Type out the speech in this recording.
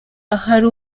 ahari